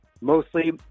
mostly